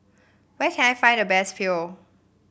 where can I find the best Pho